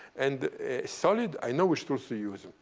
and solid, i know which tools to use.